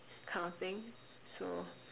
kind of thing so